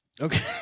Okay